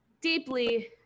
deeply